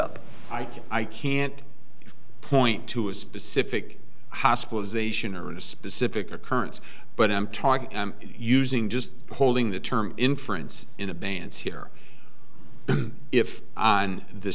like i can't point to a specific hospitalization or a specific occurrence but i'm talking using just holding the term inference in advance here if on the